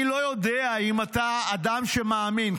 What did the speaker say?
אני לא יודע אם אתה אדם שמאמין,